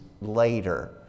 later